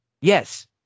Yes